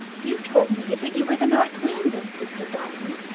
you told me that you were the north wind, insisted diamond.